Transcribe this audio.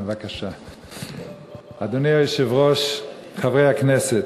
אדוני היושב-ראש, חברי הכנסת,